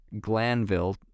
Glanville